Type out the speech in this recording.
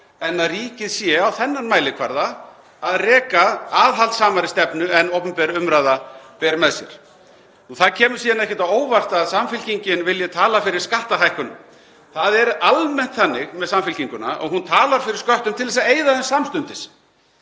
en að ríkið sé á þennan mælikvarða að reka aðhaldssamari stefnu en opinber umræða ber með sér. Það kemur ekkert á óvart að Samfylkingin vilji tala fyrir skattahækkun. Það er almennt þannig með Samfylkinguna að hún talar fyrir sköttum til þess að eyða þeim samstundis.